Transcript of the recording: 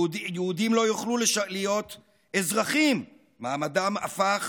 יהודים לא יוכלו להיות אזרחים, מעמדם הפך